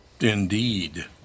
Indeed